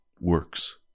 works